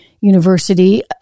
university